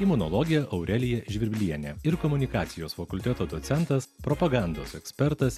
imunologė aurelija žvirblienė ir komunikacijos fakulteto docentas propagandos ekspertas